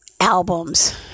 albums